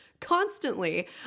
constantly